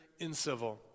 incivil